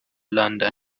london